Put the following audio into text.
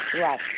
right